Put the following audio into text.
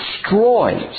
destroys